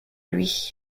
lui